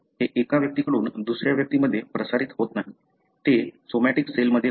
हे एका व्यक्तीकडून दुसऱ्या व्यक्तीमध्ये प्रसारित होत नाही ते सोमाटिक सेलमध्ये होते